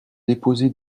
déposé